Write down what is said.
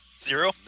Zero